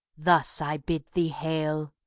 thus i bid thee hail!